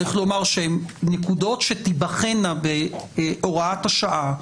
צריך לומר שהן נקודות שתיבחנה בהוראת השעה,